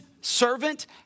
servant